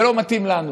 זה לא מתאים לנו,